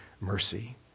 mercy